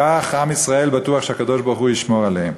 ככה עם ישראל בטוח שהקדוש-ברוך-הוא ישמור עליהם.